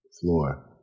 floor